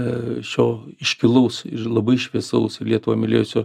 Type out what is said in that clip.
a šio iškilaus ir labai šviesaus lietuvą mylėjusio